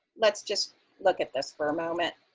let's just look at this for a moment.